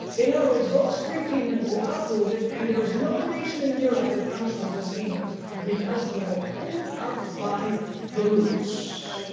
in other words those three kingdoms were uprooted and there is no nation in europe that comes from those kingdoms because they were pulled up by the roots.